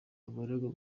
abaregwa